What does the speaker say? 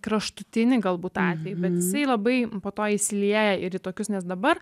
kraštutinį galbūt atvejį bet jisai labai po to įsilieja ir į tokius nes dabar